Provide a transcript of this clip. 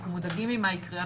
אנחנו מודאגים ממה שיקרה.